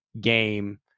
game